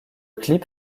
clip